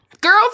Girls